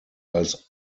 als